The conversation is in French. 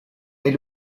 est